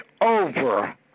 over